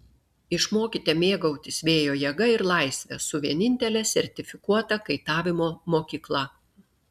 išmokite mėgautis vėjo jėga ir laisve su vienintele sertifikuota kaitavimo mokykla